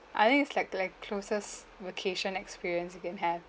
I think it's like like closest vacation experience you can have